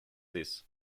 this